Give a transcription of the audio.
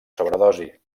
sobredosi